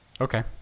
Okay